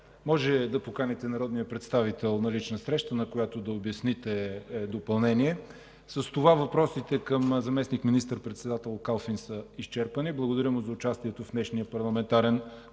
Може да поканите народният представител на лична среща, на която да обясните допълнение. С това въпросите към заместник министър-председателя Калфин са изчерпани. Благодаря му за участието в днешния парламентарен контрол.